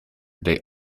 they